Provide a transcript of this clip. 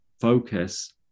focus